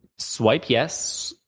swipe yes,